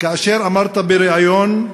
כאשר אמרת בריאיון: